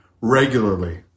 regularly